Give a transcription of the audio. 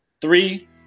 Three